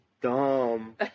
dumb